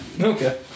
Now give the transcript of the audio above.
Okay